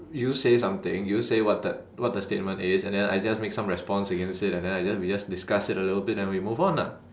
you say something you say what the what the statement is and then I just make some response against it and then I just we just discuss it a little bit then we move on ah